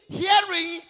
hearing